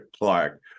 Clark